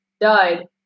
died